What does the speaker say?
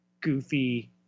goofy